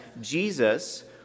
Jesus